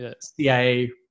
CIA